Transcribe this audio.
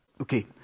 okay